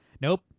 Nope